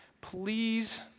please